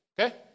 okay